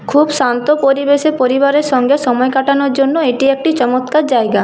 খুব শান্ত পরিবেশে পরিবারের সঙ্গে সময় কাটানোর জন্য এটি একটি চমৎকার জায়গা